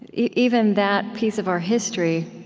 even that piece of our history